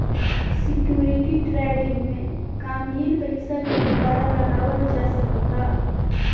security trading में कामयिल पइसा के दुबारा लगावल जा सकऽता